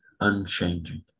unchanging